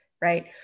right